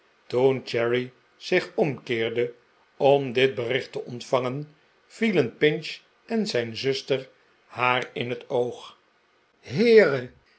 cherry zich ornkeerde om dit bericht te ontvangen vielen pinch en zijn zuster haar in het oog heere